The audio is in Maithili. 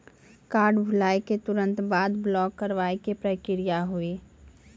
कार्ड भुलाए के तुरंत बाद ब्लॉक करवाए के का प्रक्रिया हुई?